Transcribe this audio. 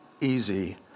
easy